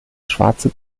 schwarze